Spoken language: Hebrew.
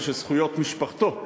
ושזכויות משפחתו ייעלמו,